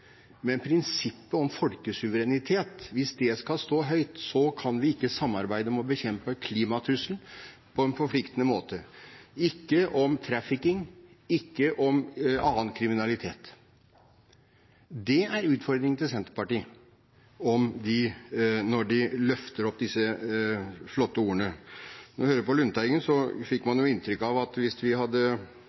Men hvis prinsippet om folkesuverenitet skal holdes høyt, kan vi ikke på en forpliktende måte få samarbeidet om å bekjempe klimatrusselen, trafficking og annen kriminalitet. Det er utfordringen til Senterpartiet, når de løfter disse flotte ordene. Når vi hører på Lundteigen, får man inntrykk av at hvis flertallet hadde tippet den andre veien, slik at vi hadde